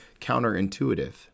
counterintuitive